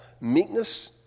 Meekness